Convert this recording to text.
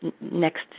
Next